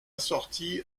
sortie